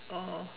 oh